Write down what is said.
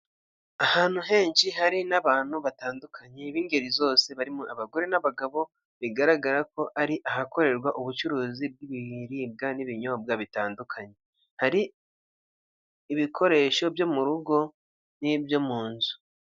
Ahantu henshi hari n'abantu batandukanye b'ingeri zose barimo abagore n'abagabo, bigaragara ko ari ahakorerwa ubucuruzi bw'ibibiribwa n'ibinyobwa bitandukanye, hari ibikoresho byo mu rugo n'ibyo mu nzu.